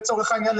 לצורך העניין,